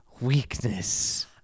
weakness